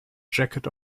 jacket